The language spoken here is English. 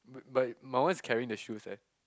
but but my one is carrying the shoes eh